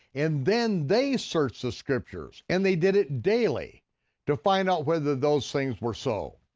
and then they searched the scriptures, and they did it daily to find out whether those things were so.